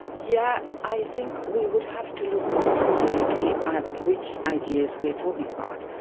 yeah i think we would have to look more specifically at which ideas we're talking about.